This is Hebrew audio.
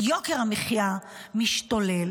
ויוקר המחיה משתולל.